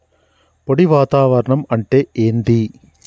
పొడి వాతావరణం అంటే ఏంది?